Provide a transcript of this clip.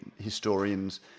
historians